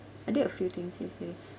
I did a few things yesterday